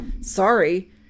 sorry